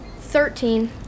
Thirteen